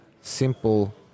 simple